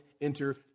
enter